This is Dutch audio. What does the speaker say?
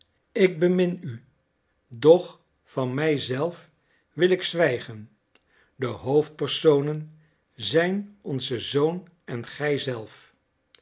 ik bemin u doch van mij zelf wil ik zwijgen de hoofdpersonen zijn onze zoon en